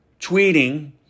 tweeting